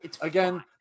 again